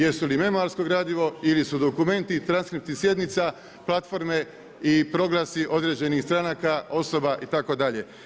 Je su li memoarsko gradivo ili su dokumenti i transkripti sjednica, platforme i proglasi određenih stranaka, osoba itd.